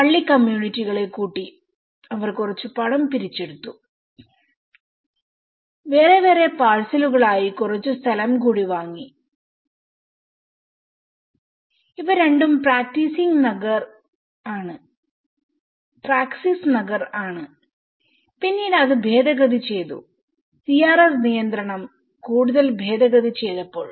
പള്ളി കമ്മ്യൂണിറ്റികളെ കൂട്ടിഅവർ കുറച്ച് പണം പിരിച്ചെടുത്തു വേറെ വേറെ പാഴ്സലുകളിലായി കുറച്ച് സ്ഥലം കൂടി വാങ്ങി ഇവ രണ്ടും പ്രാക്സിസ് നഗർ ആണ് പിന്നീട് അത് ഭേദഗതി ചെയ്തുCRZ നിയന്ത്രണം കൂടുതൽ ഭേദഗതി ചെയ്തപ്പോൾ